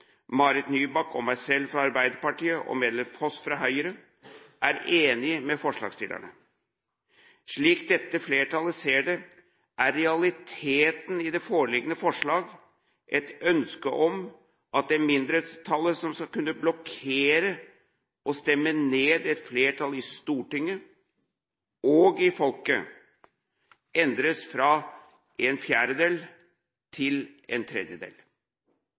Marit Nybakk og meg selv fra Arbeiderpartiet og medlemmet Foss fra Høyre, er enige med forslagsstillerne. Slik dette flertallet ser det, er realiteten i det foreliggende forslaget et ønske om at det mindretallet som skal kunne blokkere og stemme ned et flertall i Stortinget og i folket, endres fra en fjerdedel til en tredjedel.